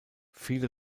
viele